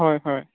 হয় হয়